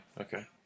Okay